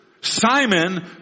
Simon